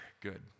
Good